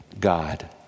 God